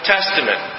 Testament